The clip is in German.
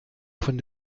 von